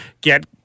get